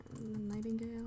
nightingale